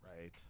right